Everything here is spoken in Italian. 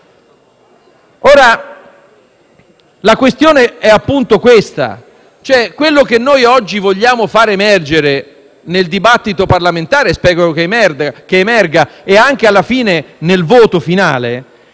Ora, la questione è, appunto, questa. Quello che noi oggi vogliamo capire nel dibattito parlamentare (e io spero che emerga anche, alla fine, nel voto finale)